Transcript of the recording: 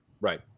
Right